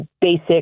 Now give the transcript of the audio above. basic